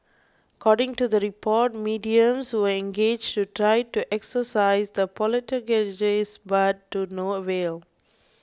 according to the report mediums were engaged to try to exorcise the poltergeists but to no avail